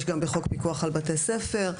יש גם בחוק פיקוח על בתי ספר,